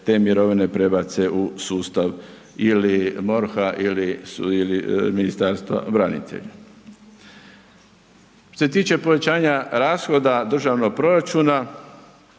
te mirovine prebace u sustav ili MORH-a ili Ministarstva branitelja. Što se tiče povećanja rashoda državnog proračuna,